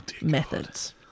methods